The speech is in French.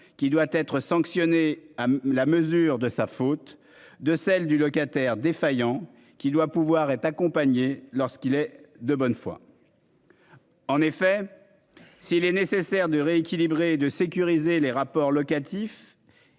qui doit être sanctionné à la mesure de sa faute de celle du locataire défaillant qui doit pouvoir être accompagnées lorsqu'il est de bonne foi. En effet. S'il est nécessaire de rééquilibrer de sécuriser les rapports locatifs.